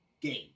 game